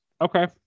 Okay